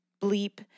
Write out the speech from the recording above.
bleep